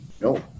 No